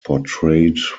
portrayed